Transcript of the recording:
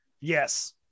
Yes